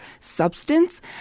substance